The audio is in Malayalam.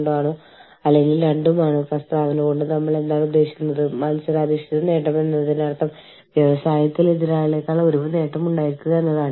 തുടർന്ന് മാതൃരാജ്യത്തെ ബന്ധപ്പെടാനുള്ള വിവരങ്ങളും വിദേശ വിലാസങ്ങളും മറ്റും ഉൾപ്പെടെയുള്ള ദീർഘകാല അന്താരാഷ്ട്ര അസൈനികളുടെ ട്രാക്ക് സൂക്ഷിക്കുന്നു